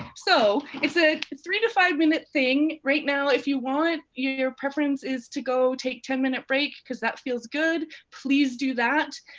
so it's ah three to five-minute thing. right now, if you want, your preference is to go take ten minute break cause that feels good. please do that.